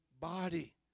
body